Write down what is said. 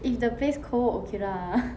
if the place cold okay lah